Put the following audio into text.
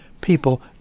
people